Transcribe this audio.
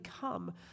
Come